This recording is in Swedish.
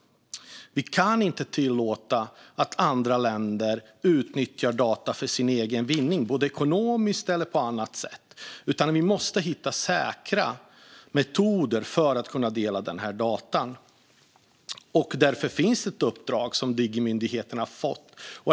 Vi kan inte tillåta att andra länder utnyttjar data för egen vinning, vare sig ekonomiskt eller på annat sätt, utan vi måste hitta säkra metoder för att kunna dela dessa data. Därför finns det ett uppdrag som myndigheten Digg har fått.